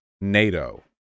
NATO